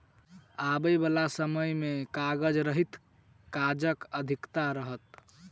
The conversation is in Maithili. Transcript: आबयबाला समय मे कागज रहित काजक अधिकता रहत